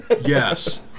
Yes